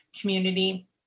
community